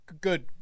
Good